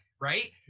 right